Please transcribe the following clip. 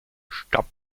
stop